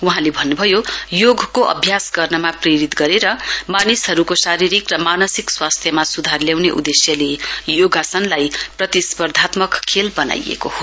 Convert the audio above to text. वहाँले भन्नभयो योगको अभ्यास गर्नमा प्रेरित गरेर मानिसहरूको शारीरिक र मानसिक स्वास्थ्यमा सुधार ल्याउने उदेश्यले योगासनलाई प्रतिस्पर्धात्मक खेल बनाइएको हो